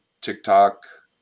TikTok